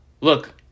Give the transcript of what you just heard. look